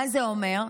מה זה אומר?